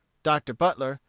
dr. butler,